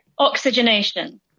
oxygenation